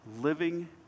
living